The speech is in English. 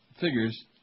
Figures